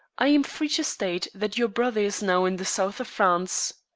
i am free to state that your brother is now in the south of france.